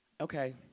okay